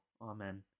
Amen